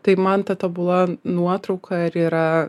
tai man ta tobula nuotrauka ir yra